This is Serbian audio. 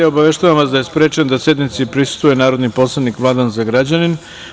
Obaveštavam vas da je sprečen da sednici prisustvuje narodni poslanik Vladan Zagrađanin.